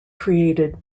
created